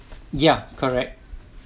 ya correct